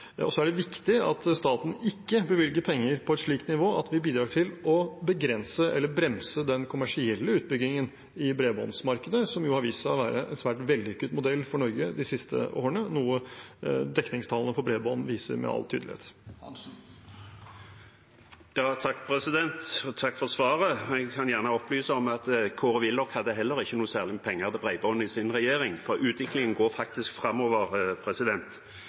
er viktig at staten ikke bevilger penger på et slikt nivå at det bidrar til å begrense eller bremse den kommersielle utbyggingen i bredbåndsmarkedet, som jo har vist seg å være en svært vellykket modell for Norge de siste årene, noe dekningstallene for bredbånd viser med all tydelighet. Takk for svaret. Jeg kan gjerne opplyse om at Kåre Willoch heller ikke hadde særlig mye penger til bredbånd i sin regjering. Utviklingen går faktisk framover.